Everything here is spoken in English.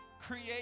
create